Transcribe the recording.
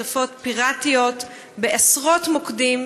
שרפות פירטיות בעשרות מוקדים,